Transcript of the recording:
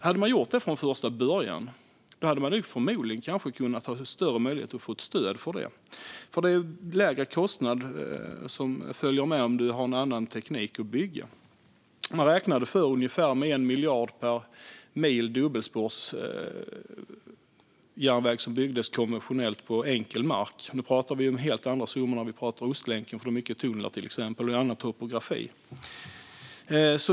Om man hade gjort det från första början hade man förmodligen haft större möjligheter att få stöd för det, eftersom en lägre kostnad följer av att man använder en annan byggteknik. Förr räknade man med ungefär 1 miljard per mil dubbelspårsjärnväg som byggdes med konventionell teknik på enkel mark, men nu pratar vi om helt andra summor. Ostlänken innehåller till exempel mycket tunnlar på grund av topografin.